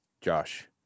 Josh